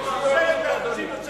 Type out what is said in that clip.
היא הרבה מדי דמוקרטית,